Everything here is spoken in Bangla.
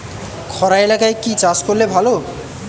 খরা এলাকায় কি চাষ করলে ভালো?